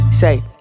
Say